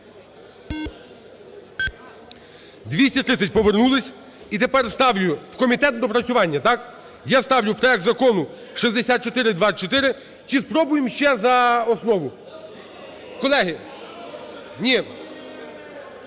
За-230 Повернулись. І тепер ставлю в комітет на доопрацювання, так? Я ставлю проект Закону 6424, чи спробуємо ще за основу? Колеги?